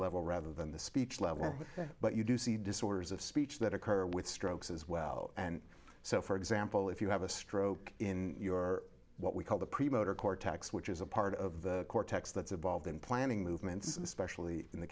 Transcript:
level rather than the speech level but you do see disorders of speech that occur with strokes as well and so for example if you have a stroke in your what we call the premotor cortex which is a part of the cortex that's involved in planning movements especially in the